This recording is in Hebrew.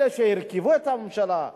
אלה שהרכיבו את הממשלה,